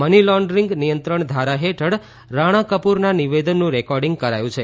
money laundering નિયંત્રણધારા હેઠળ રાણા કપૂરના નિવેદનનું રેકોર્ડિંગ કરાયું છે